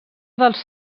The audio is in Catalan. dels